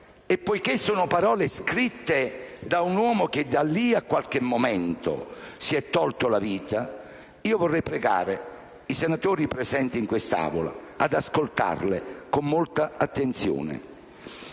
e, poiché sono parole scritte da un uomo che, di lì a qualche momento si sarebbe tolto la vita, vorrei pregare i senatori presenti in quest'Aula di ascoltarle con molta attenzione: